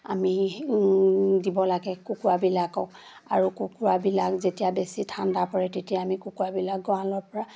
আমি দিব লাগে কুকুৰাবিলাকক আৰু কুকুৰাবিলাক যেতিয়া বেছি ঠাণ্ডা পৰে তেতিয়া আমি কুকুৰাবিলাক গঁড়ালৰ পৰা